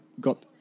got